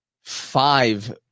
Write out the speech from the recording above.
five